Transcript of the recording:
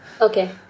okay